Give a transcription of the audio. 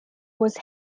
was